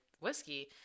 whiskey